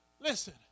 Listen